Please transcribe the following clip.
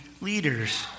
leaders